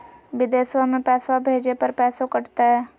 बिदेशवा मे पैसवा भेजे पर पैसों कट तय?